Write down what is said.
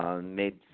Made